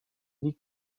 liegt